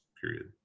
period